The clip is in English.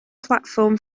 platform